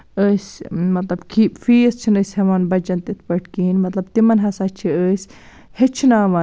أسۍ مطلب کہِ فیٖس چھِںہٕ أسۍ ہیٚوان بَچن تِتھٕ پٲٹھۍ کِہیٖنٛۍ مطلب تِمن ہسا چھِ أسۍ ہیٚچھناوان